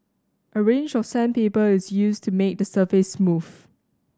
a range of sandpaper is used to make the surface smooth